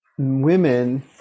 Women